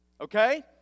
Okay